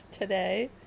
today